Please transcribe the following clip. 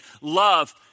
Love